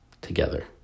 together